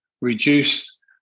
reduce